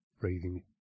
breathing